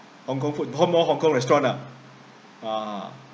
hong kong food more more hong kong restaurant ah ah